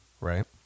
right